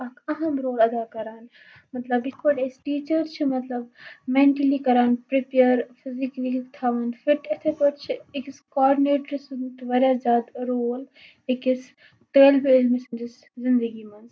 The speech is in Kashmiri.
اَکھ اہم رول اَدا کَران مطلب یِتھ پٲٹھۍ أسۍ ٹیٖچَر چھِ مطلب مٮ۪نٛٹٔلی کَران پرٛٮ۪پیَر فِزکٔلی تھَوان فِٹ یِتھَے پٲٹھۍ چھِ أکِس کاڈنیٹرٕ سُنٛد تہِ واریاہ زیادٕ رول أکِس طٲلبہِ علمہِ سٕنٛدِس زندگی منٛز